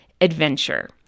adventure